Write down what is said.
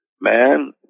man